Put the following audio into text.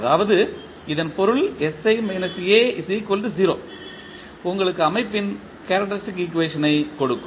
அதாவது இதன் பொருள் sI A 0 உங்களுக்கு அமைப்பின் கேரக்டரிஸ்டிக் ஈக்குவேஷன் ஐக் கொடுக்கும்